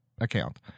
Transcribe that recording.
Account